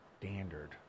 Standard